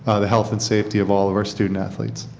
ah the health and safety of all of our student athletes.